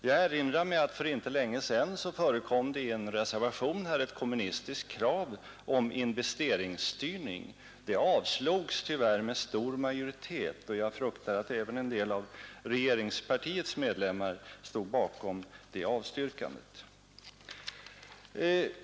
Jag erinrar mig att det för inte så länge sedan i en reservation förekom ett kommunistiskt krav om investeringsstyrning. Det kravet avslogs tyvärr med stor majoritet, och jag fruktar att även en del av regeringspartiets medlemmar stod bakom det avslaget.